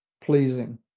pleasing